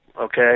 okay